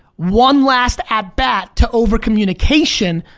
one last at-bat to over communication,